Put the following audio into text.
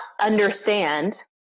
understand